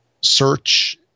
search